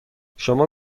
شما